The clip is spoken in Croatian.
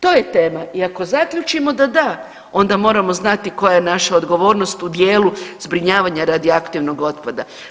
To je tema i ako zaključimo da da onda moramo znati koja je naša odgovornost u dijelu zbrinjavanja radioaktivnog otpada.